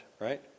right